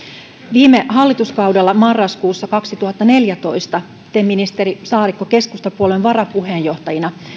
viime hallituskaudella marraskuussa kaksituhattaneljätoista te ministeri saarikko keskustapuolueen varapuheenjohtajana